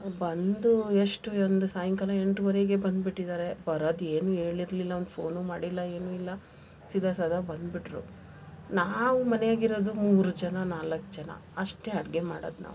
ಬಂದು ಎಷ್ಟು ಒಂದು ಸಾಯಂಕಾಲ ಎಂಟೂವರೆಗೆ ಬಂದ್ಬಿಟ್ಟಿದ್ದಾರೆ ಬರೋದ್ ಏನೂ ಹೇಳಿರ್ಲಿಲ್ಲ ಒಂದು ಫೋನೂ ಮಾಡಿಲ್ಲ ಏನೂ ಇಲ್ಲ ಸೀದಾ ಸಾದಾ ಬಂದುಬಿಟ್ರು ನಾವು ಮನೇಗಿರದು ಮೂರು ಜನ ನಾಲ್ಕು ಜನ ಅಷ್ಟೇ ಅಡುಗೆ ಮಾಡೋದ್ ನಾವು